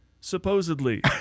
supposedly